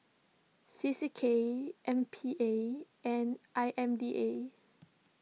C C K M P A and I M D A